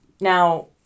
Now